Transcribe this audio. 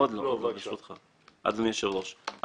אדוני היושב-ראש,